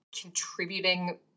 contributing